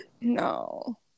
No